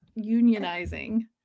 unionizing